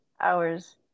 hours